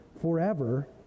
forever